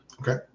Okay